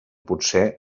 potser